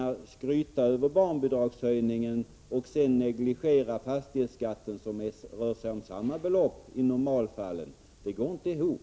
Att skryta över barnbidragshöjningen och negligera fastighetsskatten, som rör sig om samma belopp i normalfallen, går inte ihop.